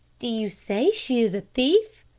do you say she is a thief?